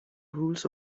rules